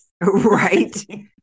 Right